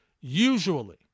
usually